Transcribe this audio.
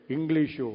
English